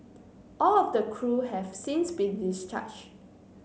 all of the crew have since been discharge